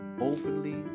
openly